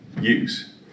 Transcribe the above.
use